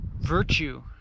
virtue